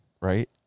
right